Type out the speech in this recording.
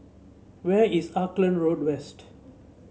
where is Auckland Road West